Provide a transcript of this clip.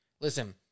listen